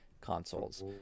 consoles